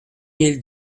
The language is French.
mille